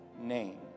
name